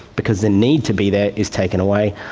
because the need to be there is taken away,